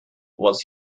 was